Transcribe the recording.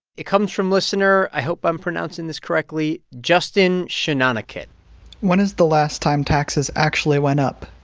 it comes from listener i hope i'm pronouncing this correctly justin shanonakit when is the last time taxes actually went up?